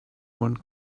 one